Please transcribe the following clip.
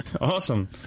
Awesome